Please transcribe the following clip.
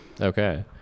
okay